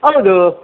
ಹೌದು